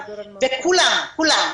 וכולם כולם,